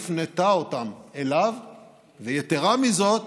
וכל שקל כזה שיוחזר להם